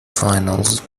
finals